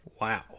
Wow